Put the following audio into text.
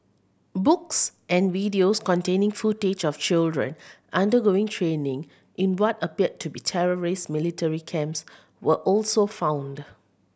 books and videos containing footage of children undergoing training in what appeared to be terrorist military camps were also found